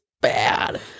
bad